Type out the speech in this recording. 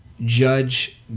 judge